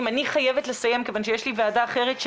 אני חושבת ששם צריכה להיעשות חשיבה מחודדת דווקא